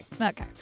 Okay